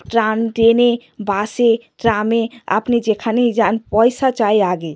tram ট্রেনে বাসে ট্রামে আপনি যেখানেই যান পয়সা চাই আগে